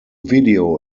video